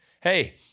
Hey